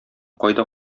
кайда